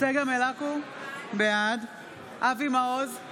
צגה מלקו, בעד אבי מעוז,